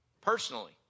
Personally